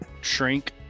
shrink